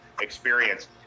experience